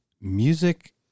Music